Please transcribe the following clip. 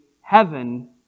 heaven